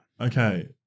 Okay